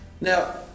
Now